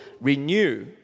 renew